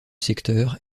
secteur